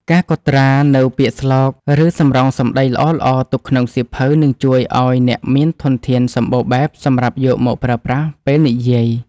ការកត់ត្រានូវពាក្យស្លោក ឬសម្រង់សម្ដីល្អៗទុកក្នុងសៀវភៅ នឹងជួយឱ្យអ្នកមានធនធានសម្បូរបែបសម្រាប់យកមកប្រើប្រាស់ពេលនិយាយ។